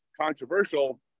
controversial